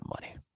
money